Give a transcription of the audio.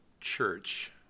church